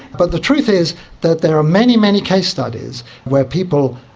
but the truth is that there are many, many case studies where people,